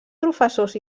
professors